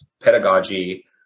pedagogy